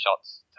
shots